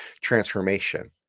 transformation